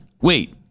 Wait